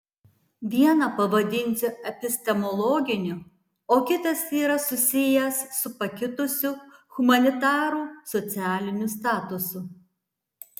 vieną pavadinsiu epistemologiniu o kitas yra susijęs su pakitusiu humanitarų socialiniu statusu